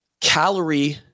calorie